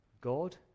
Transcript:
God